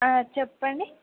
చెప్పండి